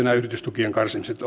nämä yritystukien karsimiset